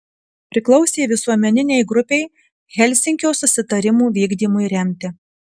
priklausė visuomeninei grupei helsinkio susitarimų vykdymui remti